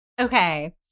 Okay